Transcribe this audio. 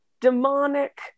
demonic